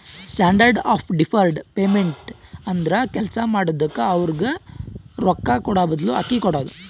standard of deferred payment ಅಂದುರ್ ಕೆಲ್ಸಾ ಮಾಡಿದುಕ್ಕ ಅವ್ರಗ್ ರೊಕ್ಕಾ ಕೂಡಾಬದ್ಲು ಅಕ್ಕಿ ಕೊಡೋದು